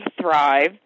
thrive